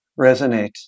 resonate